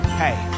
hey